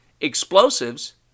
Explosives